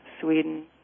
Sweden